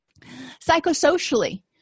Psychosocially